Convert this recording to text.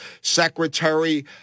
Secretary